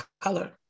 color